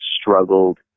struggled